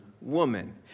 woman